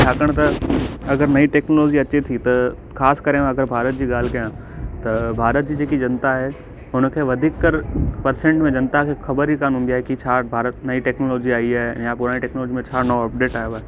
छाकाणि त अगरि नई टैक्नोलॉजी अचे थी त ख़ासि करे मां त भारत जी ॻाल्हि कया त भारत जी जेकी जनता आहे हुनखे वधीक कर परसेंट में जनता खे ख़बर ई कोन्ह हूंदी आहे की छा वटि भारत नई टैक्नोलॉजी आई आहे या पुराणी टैक्नोलॉजी में छा नओ अपडेट आयो आहे